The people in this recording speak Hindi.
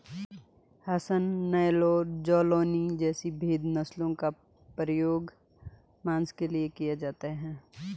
हसन, नेल्लौर, जालौनी जैसी भेद नस्लों का प्रयोग मांस के लिए किया जाता है